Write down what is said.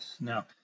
Now